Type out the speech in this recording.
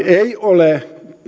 ei ole